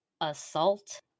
Assault